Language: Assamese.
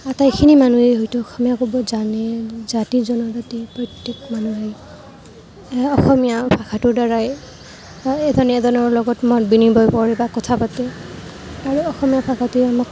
আটাইখিনি মানুহে হয়তো অসমীয়া ক'ব জানে জাতি জনজাতি প্ৰত্যেক মানুহেই অসমীয়া ভাষাটোৰ দ্বাৰাই এজনে এজনৰ লগত মত বিনিময় কৰে বা কথা পাতে আৰু অসমীয়া ভাষাতে আমাক